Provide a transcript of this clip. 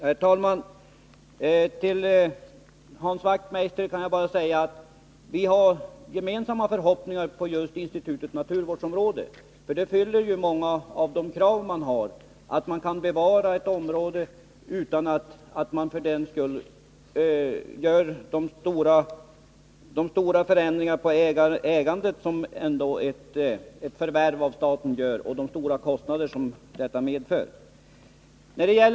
Herr talman! Jag kan bara säga till Hans Wachtmeister att vi har gemensamma förhoppningar på just institutet naturvårdsområde. Det uppfyller många av de krav som finns, bl.a. att man skall kunna bevara ett område utan att för den skull göra de stora förändringar vad gäller ägandet som ett förvärv av staten skulle innebära, något som ju också skulle medföra stora kostnader.